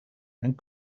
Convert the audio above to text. and